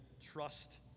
trust